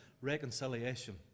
reconciliation